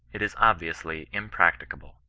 it is obviously impracticable.